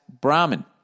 Brahmin